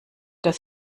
das